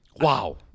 Wow